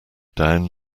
down